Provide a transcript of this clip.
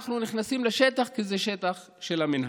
אנחנו נכנסים לשטח כי זה שטח של המינהל.